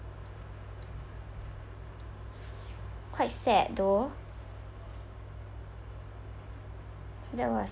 quite sad though that was